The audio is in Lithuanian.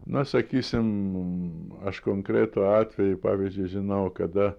na sakysim aš konkretų atvejį pavyzdžiui žinau kada